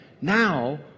Now